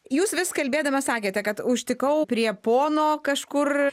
jūs vis kalbėdamas sakėte kad užtikau prie pono kažkur